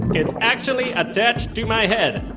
it's actually attached to my head.